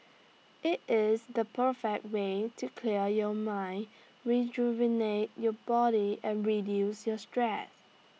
IT is the perfect way to clear your mind rejuvenate your body and reduce your stress